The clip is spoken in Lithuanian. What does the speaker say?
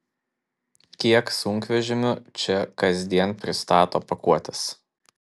kiek sunkvežimių čia kasdien pristato pakuotes